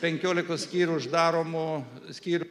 penkiolikos skyrių uždaromų skyrių